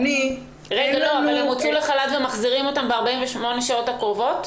הם הוצאו לחל"ת ומחזירים אותם ב-48 השעות הקרובות?